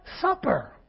Supper